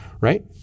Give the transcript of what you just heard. right